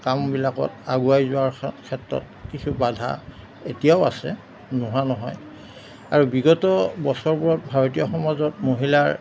কামবিলাকত আগুৱাই যোৱাৰ খ ক্ষেত্ৰত কিছু বাধা এতিয়াও আছে নোহোৱা নহয় আৰু বিগত বছৰবোৰত ভাৰতীয় সমাজত মহিলাৰ